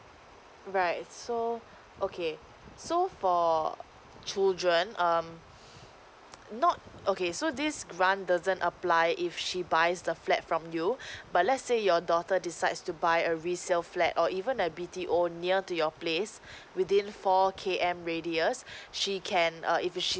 right so okay so for children um not okay so this grant doesn't apply if she buys the flat from you but let's say your daughter decides to buy a resale flat or even a B_T_O near to your place within four K_M radius she can err if she